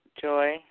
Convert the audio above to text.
joy